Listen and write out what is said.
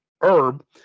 herb